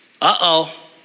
Uh-oh